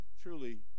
truly